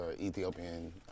Ethiopian